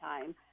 time